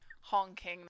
honking